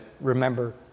remember